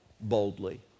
boldly